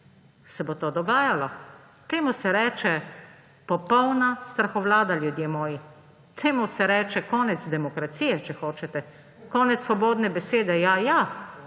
se bo to dogajalo. Temu se reče popolna strahovlada, ljudje moji. Temu se reče konec demokracije, če hočete, konec svobodne besede. Ja ja!